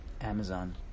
Amazon